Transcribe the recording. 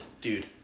Dude